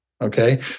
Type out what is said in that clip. Okay